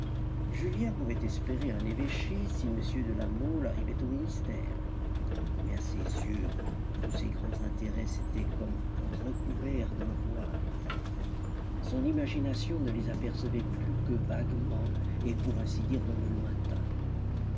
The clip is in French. julien pouvait espérer un évêché si m de la mole arrivait au ministère mais à ses yeux tous ces grands intérêts s'étaient comme recouverts d'un voile son imagination ne les apercevait plus que vaguement et pour ainsi dire dans le lointain